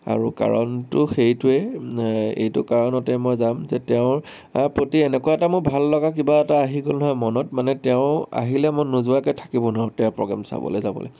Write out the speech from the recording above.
আৰু কাৰণটো সেইটোৱেই এইটো কাৰণতে মই যাম যে তেওঁৰ প্ৰতি এনেকুৱা এটা মোৰ ভাললগা কিবা এটা আহি গ'ল হয় মনত মানে তেওঁ আহিলে মই নোযোৱাকে থাকিব নোৱাৰো তেওঁৰ প্ৰগ্ৰেম চাবলে যাবলে